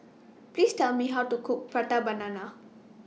Please Tell Me How to Cook Prata Banana